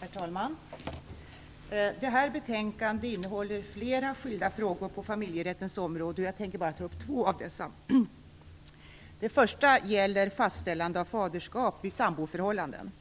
Herr talman! Det här betänkandet innehåller flera skilda frågor på familjerättens område, men jag tänker bara ta upp två av dessa. Den första gäller fastställande av faderskap vid samboförhållanden.